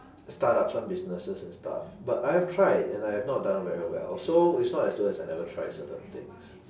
start up some businesses and stuff but I have tried and I have not done very well so it's not as though as I never tried certain things